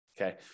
okay